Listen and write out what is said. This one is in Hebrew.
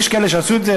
יש כאלה שעשו את זה,